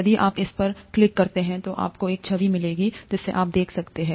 यदि आप इस पर क्लिक करते हैं तो आपको एक छवि मिलेगी जिसे आप देख सकते हैं